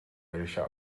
welche